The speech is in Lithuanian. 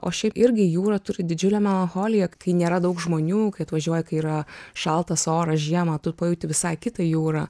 o šiaip irgi jūra turi didžiulę melancholiją kai nėra daug žmonių kai atvažiuoja kai yra šaltas oras žiemą tą pajauti visai kitą jūrą